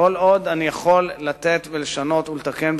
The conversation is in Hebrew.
כל עוד אני יכול לתת ולשנות ולתקן,